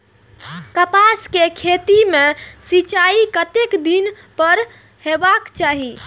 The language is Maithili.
कपास के खेती में सिंचाई कतेक दिन पर हेबाक चाही?